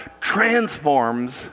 transforms